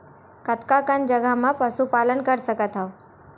कतका कन जगह म पशु पालन कर सकत हव?